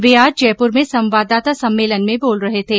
वे आज जयपुर में संवाददाता सम्मेलन में बोल रहे थे